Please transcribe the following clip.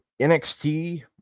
NXT